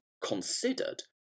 considered